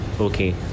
okay